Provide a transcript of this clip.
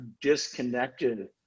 disconnected